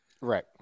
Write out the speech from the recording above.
right